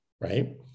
right